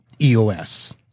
EOS